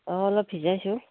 অঁ অলপ ভিজাইছোঁ